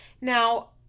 Now